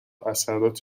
اثرات